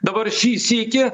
dabar šį sykį